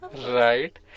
Right